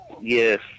Yes